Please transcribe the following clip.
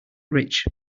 rich